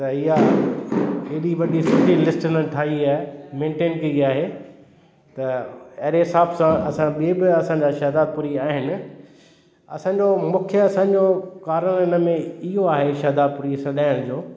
त हीअं हेडी वॾी सुठी लिस्ट न ठाही आहे मैंटेन कई आहे त एरे हिसाब सां असां बि बि असांजा शहदादपुरी आहिनि असांजो मुख्य असांजो कारो इन में इहो आहे शहदादपुरी सॾाइण जो